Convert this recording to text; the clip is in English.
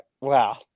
wow